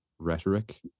rhetoric